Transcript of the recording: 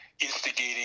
instigating